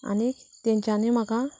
आनीक तेंच्यांनी म्हाका